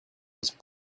was